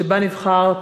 שבה נבחרת,